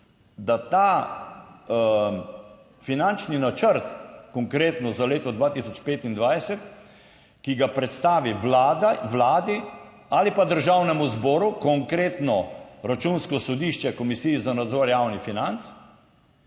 da ta finančni načrt konkretno za leto 2025, ki ga predstavi vladi ali pa Državnemu zboru, konkretno Računsko sodišče Komisiji za nadzor javnih financ,